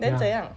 then 怎样